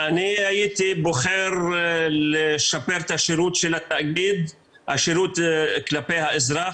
אני הייתי בוחר לשפר את השירות של התאגיד כלפי האזרח